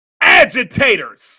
agitators